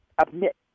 admit